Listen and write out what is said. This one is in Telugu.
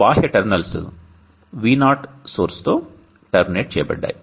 బాహ్య టెర్మినల్స్ VO సోర్సు తో టెర్మినేట్ చేయబడ్డాయి